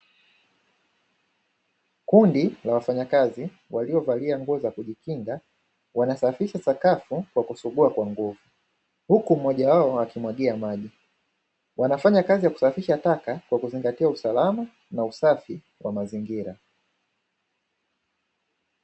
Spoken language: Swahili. Kundi la wafanyakazi waliovalia nguo za kujikinga wanasafisha sakafu kwa kusugua kwa nguvu huku mmoja wao akimwagia maji, wanafanya kazi ya kusafisha taka kwa kuzingatia usalama na usafi wa mazingira.